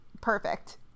perfect